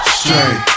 straight